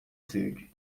verde